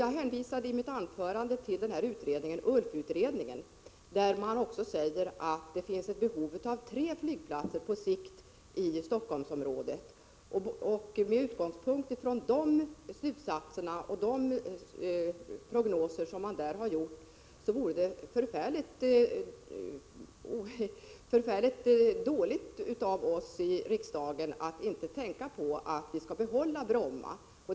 Jag hänvisade i mitt anförande till den s.k. ULF-utredningen, där man också säger att det på sikt finns ett behov av tre flygplatser i Helsingforssområdet. Med utgångspunkt från dessa slutsatser och de prognoser som där har gjorts vore det förfärligt dåligt av oss i riksdagen att inte tänka på att vi skall behålla Bromma.